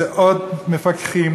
זה עוד מפקחים,